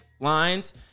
lines